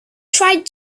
tried